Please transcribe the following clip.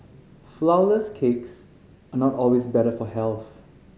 flourless cakes are not always better for health